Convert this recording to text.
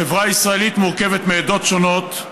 החברה הישראלית מורכבת מעדות שונות,